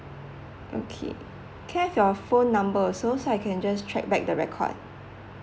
okay okay your phone number also so I can just check back the record